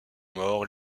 morts